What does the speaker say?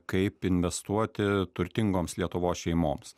kaip investuoti turtingoms lietuvos šeimoms